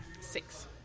Six